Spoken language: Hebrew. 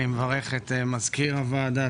אני מברך את מנהל הוועדה,